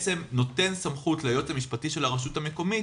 נותן סמכות ליועץ המשפטי של הרשות המקומית